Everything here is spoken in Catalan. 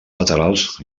laterals